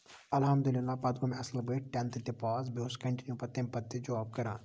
اَلحمدُللہ پَتہٕ گوٚو مےٚ اَصٕل پٲٹھۍ ٹینٹھٕ تہِ پاس بیٚیہِ اوس کَنٹِنِو پَتہٕ تَمہِ پتہٕ تہِ جوب کران